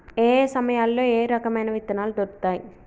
ఏయే సమయాల్లో ఏయే రకమైన విత్తనాలు దొరుకుతాయి?